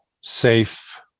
safe